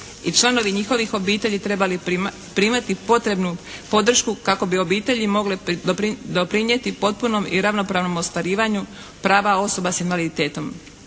i članovi njihovih obitelji trebali primati potrebnu podršku kako bi obitelji mogle doprinijeti potpunom i ravnopravnom ostvarivanju prava osoba s invaliditetom.